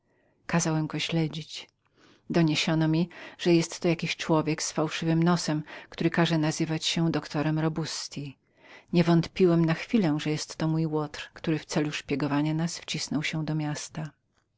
kazałem go śledzić doniesiono mi że był to jakiś człowiek z fałszywym nosem który kazał nazywać się doktorem robusti niewątpiłem na chwilę że to był mój łotr który w celu szpiegowania nas wcisnął się do miasta